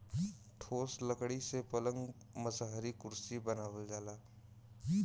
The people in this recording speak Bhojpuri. ठोस लकड़ी से पलंग मसहरी कुरसी बनावल जाला